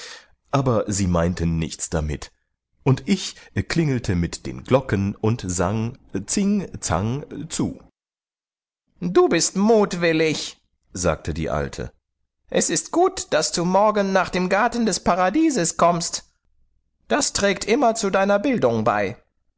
aber sie meinten nichts damit und ich klingelte mit den glocken und sang tsing tsang tsu du bist mutwillig sagte die alte es ist gut daß du morgen nach dem garten des paradieses kommst das trägt immer zu deiner bildung bei